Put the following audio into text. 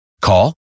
Call